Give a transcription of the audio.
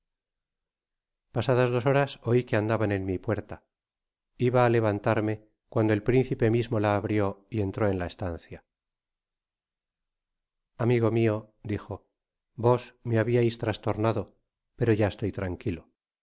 pasadas dos horas oi que andaban en mi puerta iba á levantarme cuando el principe mismo la abrio y entró en la estancia amigo mio dijo vos me habiais trastornado pero ya estoy tranquilo